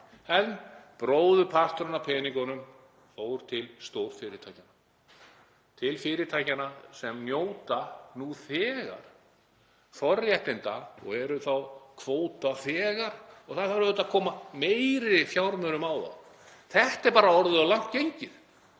En bróðurparturinn af peningunum fór til stórfyrirtækjanna, til fyrirtækjanna sem njóta nú þegar forréttinda og eru kvótaþegar. Það þarf auðvitað að koma meiri fjármunum á þau. Þetta er bara orðið of langt gengið.